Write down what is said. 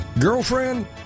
Girlfriend